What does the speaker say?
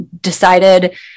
decided